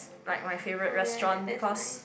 like my favourite restaurant because